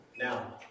now